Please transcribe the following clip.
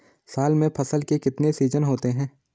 साल में फसल के कितने सीजन होते हैं?